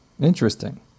Interesting